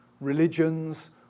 religions